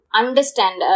understand